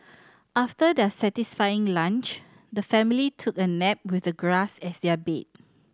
after their satisfying lunch the family took a nap with the grass as their bed